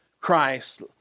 Christ